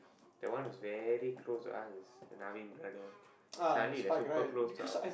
that one was very close to us is naveen brother suddenly like super close to our